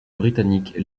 britannique